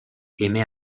émet